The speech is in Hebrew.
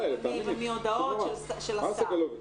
מהודעות של השר.